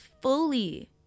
fully